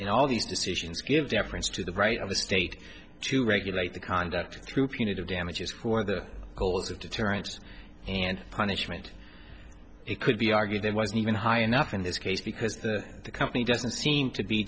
in all these decisions give deference to the right of the state to regulate the conduct through punitive damages for the goals of deterrence and punishment it could be argued that wasn't even high enough in this case because the company doesn't seem to be